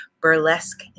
burlesque